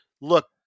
look